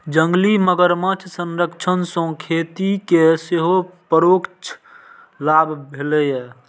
जंगली मगरमच्छ संरक्षण सं खेती कें सेहो परोक्ष लाभ भेलैए